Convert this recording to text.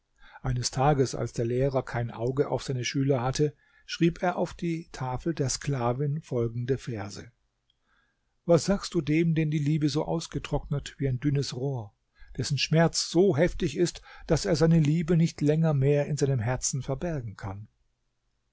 eines tages als der lehrer kein auge auf seine schüler hatte schrieb er auf die tafel der sklavin folgende verse was sagst du dem den die liebe so ausgetrocknet wie ein dünnes rohr dessen schmerz so heftig ist daß er seine liebe nicht länger mehr in seinem herzen verbergen kann